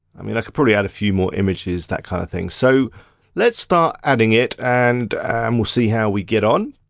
i mean i could probably add a few more images, that kind of thing. so let's start adding it and um we'll see how we get on.